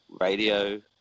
radio